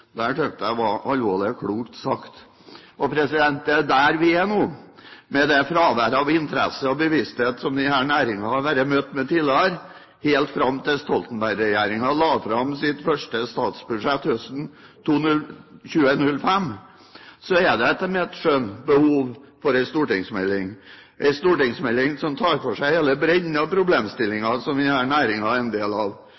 der vi er nå. Med det fravær av interesse og bevissthet som denne næringen har vært møtt med tidligere – helt fram til at Stoltenberg-regjeringen la fram sitt første statsbudsjett høsten 2005 – er det etter mitt skjønn behov for en stortingsmelding, en stortingsmelding som tar for seg